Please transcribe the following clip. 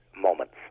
moments